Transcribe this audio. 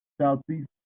Southeast